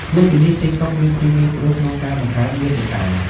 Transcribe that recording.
លើសពីនេះ ទីកតុក មាន ភាពងាយស្រួលក្នុងការបង្កើតមាតិកា។